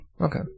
Okay